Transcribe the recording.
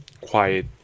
quiet